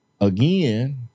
again